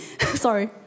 Sorry